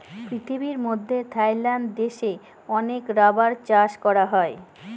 পৃথিবীর মধ্যে থাইল্যান্ড দেশে অনেক রাবার চাষ করা হয়